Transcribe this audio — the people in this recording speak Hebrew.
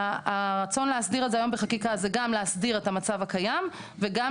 הרצון להסדיר את זה היום בחקיקה זה גם להסדיר את המצב הקיים וגם